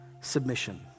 Submission